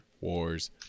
Wars